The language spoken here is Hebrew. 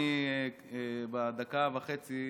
בדקה וחצי,